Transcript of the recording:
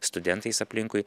studentais aplinkui